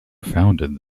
founded